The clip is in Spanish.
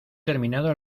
terminado